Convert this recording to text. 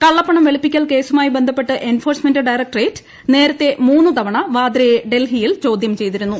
കള്ളപ്പണം വെളുപ്പിക്കൽ കേസുമായി ബന്ധപ്പെട്ട് എൻഫോഴ്സ്മെന്റ് ഡയറക്ടറേറ്റ് നേരത്തെ മൂന്ന് തവണ വാദ്രയെ ഡൽഹിയിൽ ചോദ്യം ചെയ്തിരുന്നു